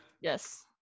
Yes